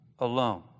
Alone